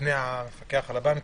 בפני המפקח על הבנקים,